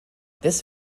this